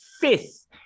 fifth